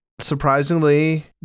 Surprisingly